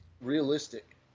realistic